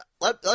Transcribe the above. let